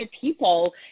people